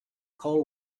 coal